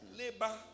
labor